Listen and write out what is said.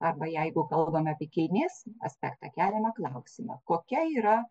arba jeigu kalbam apie kilmės aspektą keliame klausimą kokia yra